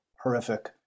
horrific